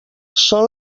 són